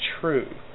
true